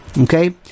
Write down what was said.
Okay